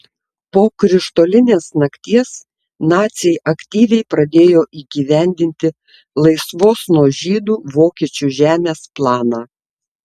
po krištolinės nakties naciai aktyviai pradėjo įgyvendinti laisvos nuo žydų vokiečių žemės planą